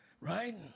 right